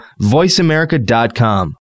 voiceamerica.com